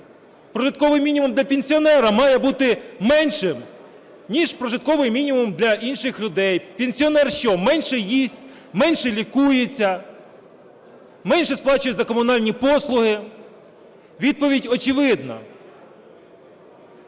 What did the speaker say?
прожитковий мінімум для пенсіонера має бути меншим, ніж прожитковий мінімум для інших людей. Пенсіонер що, менше їсть, менше лікується, менше сплачує за комунальні послуги? Відповідь очевидна.